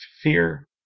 fear